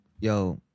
yo